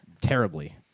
terribly